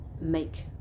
make